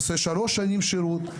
עושה שלוש שנים שירות,